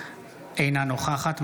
אינו נוכח טלי גוטליב,